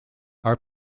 are